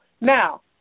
now